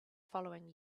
following